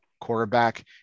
quarterback